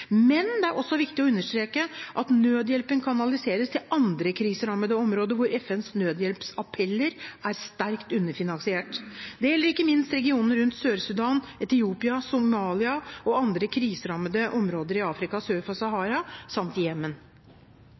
men det er også viktig å understreke at nødhjelpen kanaliseres til andre kriserammede områder hvor FNs nødhjelpsappeller er sterkt underfinansiert. Det gjelder ikke minst regionen rundt Sør-Sudan, Etiopia, Somalia og andre kriserammede områder i Afrika sør for Sahara, samt Jemen.